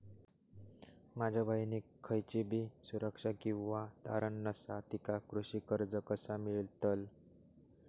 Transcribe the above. माझ्या बहिणीक खयचीबी सुरक्षा किंवा तारण नसा तिका कृषी कर्ज कसा मेळतल?